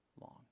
long